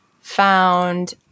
found